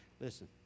Listen